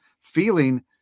feeling